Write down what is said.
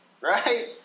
right